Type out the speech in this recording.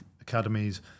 academies